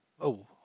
Oh